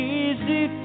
easy